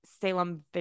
Salem